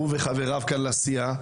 הוא וחבריו כאן לסיעה,